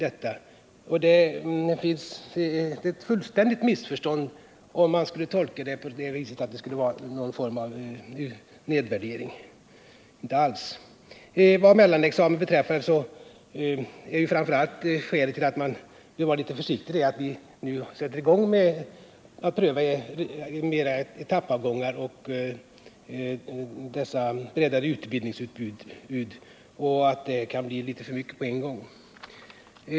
Det är ett fullständigt missförstånd om man skulle tolka det som någon form av nedvärdering. Vad mellanexamen beträffar måste vi ju nu vara försiktiga eftersom vi sätter i gång att pröva etappavgångar och påbyggnadsutbildningar. Det kan bli litet för mycket på en gång.